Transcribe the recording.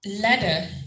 ladder